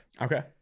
Okay